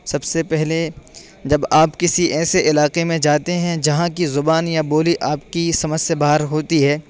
سب سے پہلے جب آپ کسی ایسے علاقے میں جاتے ہیں جہاں کی زبان یا بولی آپ کی سمجھ سے باہر ہوتی ہے